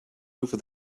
over